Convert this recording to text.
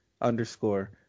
underscore